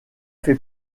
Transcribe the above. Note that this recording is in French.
fait